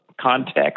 context